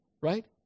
Right